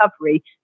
recovery